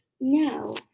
now